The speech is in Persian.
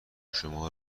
شما